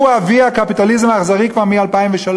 הוא אבי הקפיטליזם האכזרי כבר מ-2003,